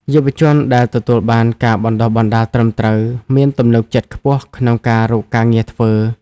យុវជនដែលទទួលបានការបណ្ដុះបណ្ដាលត្រឹមត្រូវ មានទំនុកចិត្តខ្ពស់ក្នុងការរកការងារធ្វើ។